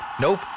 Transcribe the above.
Nope